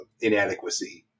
inadequacy